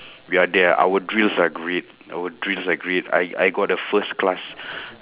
we are there ah our drills are great our drills are great I I got the first class